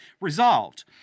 Resolved